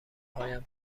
پایم